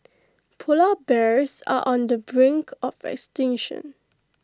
Polar Bears are on the brink of extinction